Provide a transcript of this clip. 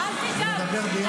נדבר ביחד?